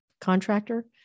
contractor